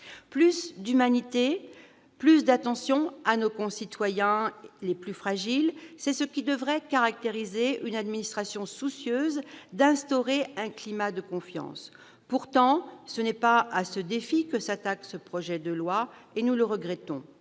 Plus d'humanité, plus d'attention à l'égard de nos concitoyens les plus fragiles, c'est ce qui devrait caractériser une administration soucieuse d'instaurer un climat de confiance. Pourtant, ce n'est pas à ce défi que s'attaque ce projet de loi. Nous le regrettons.